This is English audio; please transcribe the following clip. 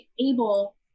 able